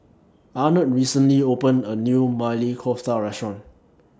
Arnett recently opened A New Maili Kofta Restaurant